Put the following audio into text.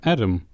Adam